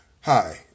Hi